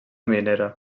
minera